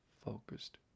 focused